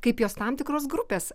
kaip jos tam tikros grupės